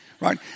right